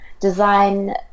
design